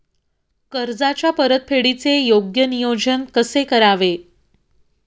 कर्जाच्या परतफेडीचे योग्य नियोजन कसे करावे?